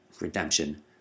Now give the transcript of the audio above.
Redemption